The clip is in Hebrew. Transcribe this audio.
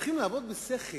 צריכים לעבוד בשכל,